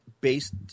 based